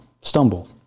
stumble